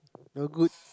not good